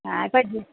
ꯑꯥ ꯑꯩꯈꯣꯏꯗꯤ